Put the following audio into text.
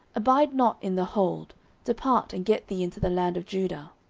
abide not in the hold depart, and get thee into the land of judah.